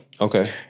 Okay